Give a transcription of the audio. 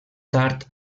tard